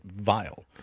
vile